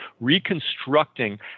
reconstructing